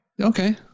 Okay